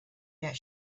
that